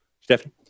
stephanie